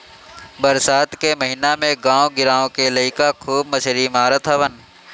बरसात के महिना में गांव गिरांव के लईका खूब मछरी मारत हवन